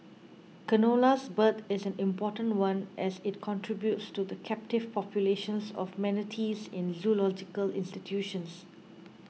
canola's birth is an important one as it contributes to the captive populations of manatees in zoological institutions